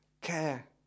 care